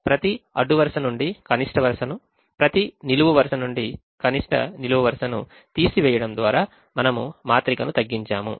ప్రతి అడ్డు వరుస నుండి కనిష్ట వరుసను ప్రతి నిలువు వరుస నుండి కనిష్ట నిలువు వరుసను తీసివేయడం ద్వారా మనము మాత్రికను తగ్గించాము